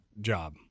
job